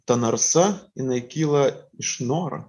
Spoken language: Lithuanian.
ta narsa jinai kyla iš noro